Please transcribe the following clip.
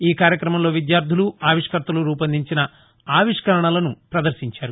ఈ కార్యక్రమంలో విద్యార్లులు ఆవిష్కర్తలు రూపొందించిన ఆవిష్కరణలను ప్రదర్శించారు